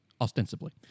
ostensibly